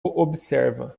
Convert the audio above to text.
observa